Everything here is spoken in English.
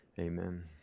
Amen